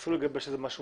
תנסו לגבש משהו